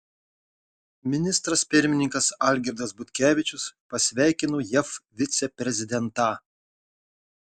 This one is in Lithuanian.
ministras pirmininkas algirdas butkevičius pasveikino jav viceprezidentą